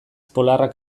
polarrak